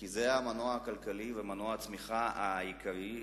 כי זה המנוע הכלכלי ומנוע הצמיחה העיקרי.